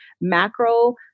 macro